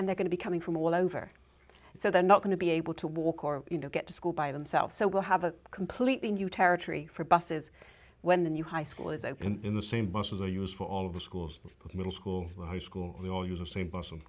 and they're going to be coming from all over so they're not going to be able to walk or you know get to school by themselves so we'll have a completely new territory for buses when the new high school is opened in the same buses or use for all of the schools middle school or high school we all use the same person